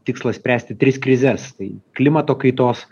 tikslas spręsti tris krizes tai klimato kaitos